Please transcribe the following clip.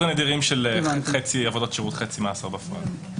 של חצי עבודות שירות וחצי מאסר בפועל.